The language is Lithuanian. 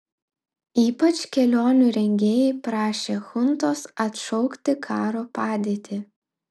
ypač kelionių rengėjai prašė chuntos atšaukti karo padėtį